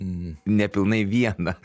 nepilnai vieną